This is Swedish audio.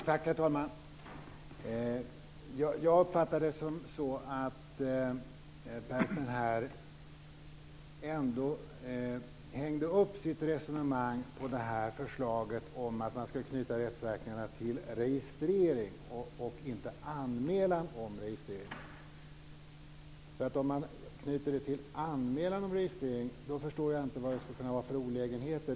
Herr talman! Jag uppfattade att Pärssinen hängde upp sitt resonemang på förslaget om att man ska knyta rättsverkningarna till registrering och inte anmälan om registrering. Om man knyter det till anmälan om registrering förstår jag inte vad det skulle kunna vara för olägenheter.